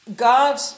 God